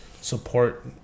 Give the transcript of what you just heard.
support